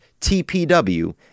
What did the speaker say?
TPW